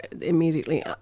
immediately